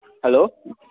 hello